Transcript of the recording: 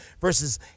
versus